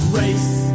race